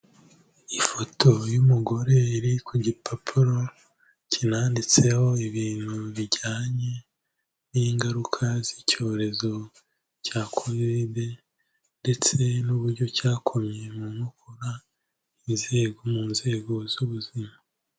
Ifoto y'umugore iri ku gipapuro kinanditseho ibintu bijyanye n'ingaruka z'icyorezo cya COVID ndetse n'uburyo cyakomye mu nkokora inzego mu nzego z'ubuzima.